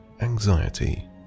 anxiety